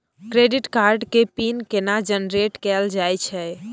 Credit card के pin केना generate कैल जाए छै?